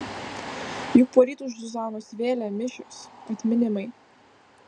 juk poryt už zuzanos vėlę mišios atminimai